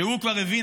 שכבר הבין,